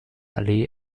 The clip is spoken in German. allee